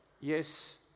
yes